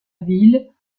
ville